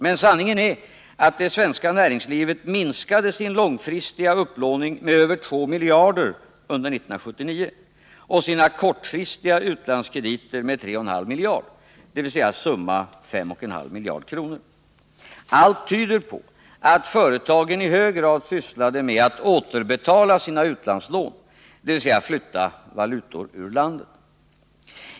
Men sanningen är att det svenska näringslivet minskade sin långfristiga upplåning med över 2 miljarder kronor under 1979 och sina kortfristiga utlandskrediter med 3,5 miljarder, dvs. summa 5,5 miljarder kronor. Allt tyder på att företagen i hög grad sysslade med att återbetala sina utlandslån, dvs. att flytta valutor ut ur landet.